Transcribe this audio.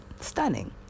stunning